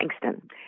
Frankston